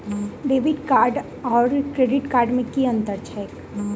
Debit card आओर credit card मे की अन्तर छैक?